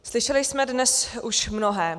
Slyšeli jsme dnes už mnohé.